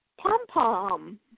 Pom-Pom